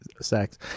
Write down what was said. sex